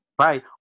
Right